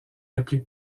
appelée